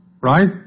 Right